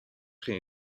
ging